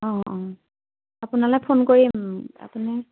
অঁ অঁ আপোনালে ফোন কৰিম আপুনি